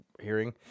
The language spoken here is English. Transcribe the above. hearing